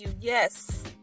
yes